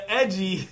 edgy